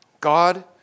God